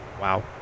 Wow